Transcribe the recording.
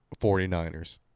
49ers